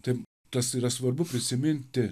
tai tas yra svarbu prisiminti